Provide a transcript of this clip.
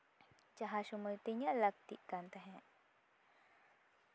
ᱡᱟᱦᱟᱸ ᱥᱚᱢᱚᱭ ᱛᱮ ᱤᱧᱟᱹᱜ ᱞᱟ ᱠᱛᱤᱜ ᱠᱟᱱ ᱛᱟᱦᱮᱸᱜ